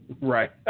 Right